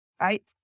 right